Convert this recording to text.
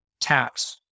tax